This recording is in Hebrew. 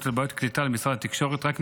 על בעיות קליטה למשרד התקשורת רק מירושלמים,